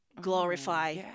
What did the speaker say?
glorify